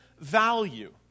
value